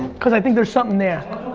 cause i think there's something there.